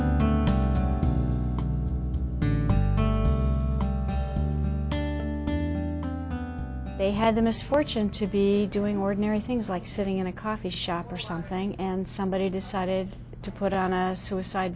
they had the misfortune to be doing ordinary things like sitting in a coffee shop or something and somebody decided to put on a suicide